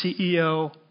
CEO